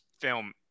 film